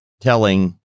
telling